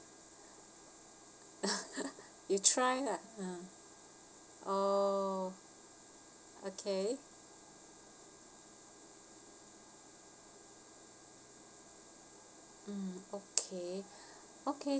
you try lah ah oh okay mm okay okay